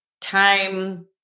time